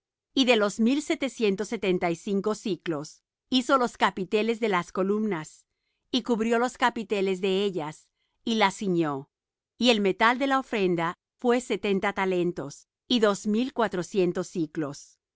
y de los mil setecientos setenta y cinco siclos hizo los capiteles de las columnas y cubrió los capiteles de ellas y las ciñó y el metal de la ofrenda fue setenta talentos y dos mil cuatrocientos siclos